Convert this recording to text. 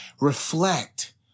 reflect